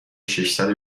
ششصد